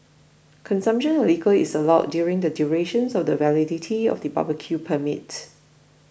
consumption of liquor is allowed during the duration of the validity of the barbecue permit